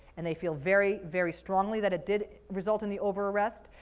and they feel very, very strongly that it did result in the over-arrest.